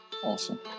awesome